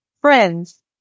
friends